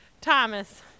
Thomas